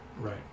Right